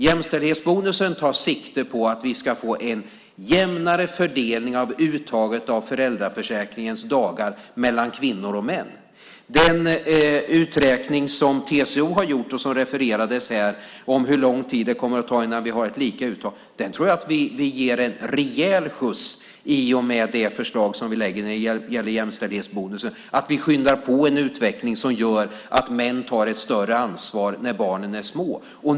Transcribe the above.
Jämställdhetsbonusen tar sikte på att vi ska få en jämnare fördelning mellan kvinnor och män av uttaget av föräldraförsäkringens dagar. Den uträkning som TCO har gjort och som refererades här om hur lång tid det kommer att ta innan uttaget är lika tror jag att vi ger en rejäl skjuts i och med det förslag om jämställdhetsbonus som vi lägger fram. Vi skyndar på en utveckling som gör att män tar ett större ansvar när barnen är små.